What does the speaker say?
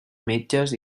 metges